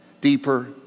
deeper